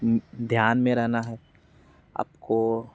ध्यान में रहना है आपको